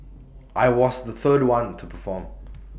I was the third one to perform